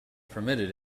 permitted